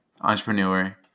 entrepreneur